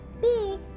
big